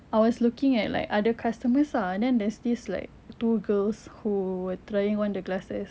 I was looking at like other customers ah and then there's this like two girls who were trying on the glasses